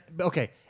Okay